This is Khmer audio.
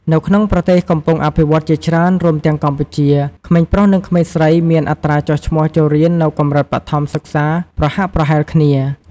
នៅក្នុងប្រទេសកំពុងអភិវឌ្ឍន៍ជាច្រើន រួមទាំងកម្ពុជា ក្មេងប្រុស និងក្មេងស្រីមានអត្រាចុះឈ្មោះចូលរៀននៅកម្រិតបឋមសិក្សាប្រហាក់ប្រហែលគ្នា។